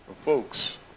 folks